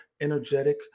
energetic